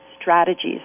strategies